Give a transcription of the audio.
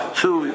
two